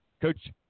Coach